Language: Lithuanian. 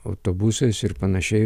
autobusais ir panašiai